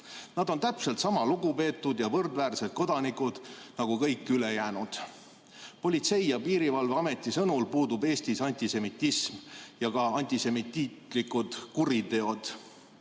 Nad on täpselt sama lugupeetud ja võrdväärsed kodanikud nagu kõik ülejäänud. Politsei- ja Piirivalveameti sõnul puudub Eestis antisemitism ja ka antisemiitlikud kuriteod.